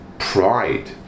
pride